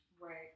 Right